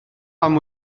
pam